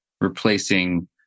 replacing